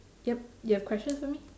yup you have question for me